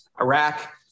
Iraq